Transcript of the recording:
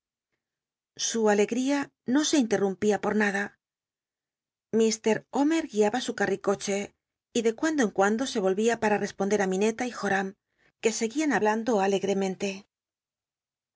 su alcgtía no se intcrl'llmpia por nada llr omet guiaba su carricoche y de cuando en cuando se vol vía para respond er li mincta y jorarn que seguían hablando alcgromenlc